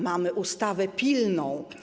Mamy ustawę pilną.